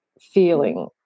feeling